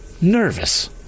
Nervous